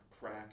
crack